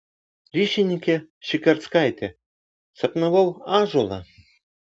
ryšininkė šikarskaitė sapnavau ąžuolą